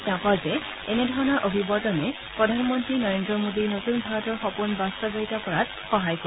তেওঁ কয় যে এনে ধৰণৰ অভিৱৰ্তনে প্ৰধানমন্ত্ৰী নৰেন্দ্ৰ মোদীৰ নতুন ভাৰতৰ সপোন বাস্তৱায়িত কৰাত সহায় কৰিব